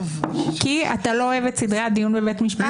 כי אתה לא אוהב את סדרי הדיון בבית משפט?